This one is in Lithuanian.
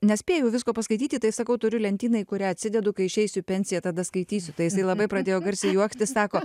nespėjau visko paskaityti tai sakau turiu lentyną į kurią atsidedu kai išeisiu į pensiją tada skaitysiu tai jisai labai pradėjo garsiai juoktis sako